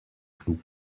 cloud